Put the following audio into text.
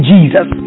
Jesus